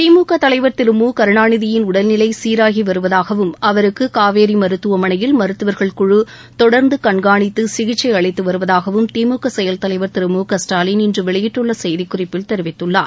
திமுக தலைவர் திரு முகருணாநிதியின் உடல்நிலை சீராகி வருவதாகவும் அவருக்கு காவேரி மருத்துவமனையில் மருத்துவர்கள் குழு தொடர்ந்து கண்காணித்து கிசிச்சை அளித்து வருவதாகவும் திமுக செயல் தலைவர் திரு முகஸ்டாலின் இன்று வெளியிட்டுள்ள செய்திக்குறிப்பில் தெரிவித்துள்ளார்